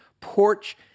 porch